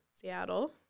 Seattle